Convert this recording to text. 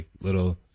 little